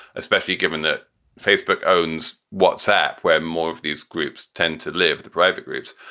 especially given that facebook owns whatsapp, where more of these groups tend to live, the private groups.